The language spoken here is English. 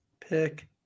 Pick